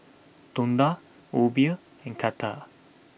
Tonda Obie and Katia